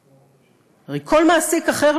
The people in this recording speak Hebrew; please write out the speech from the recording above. הרי כל מעסיק אחר,